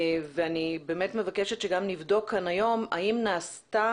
אני באמת מבקשת שגם נבדוק כאן היום האם נעשתה